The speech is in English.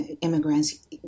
immigrants